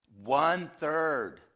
one-third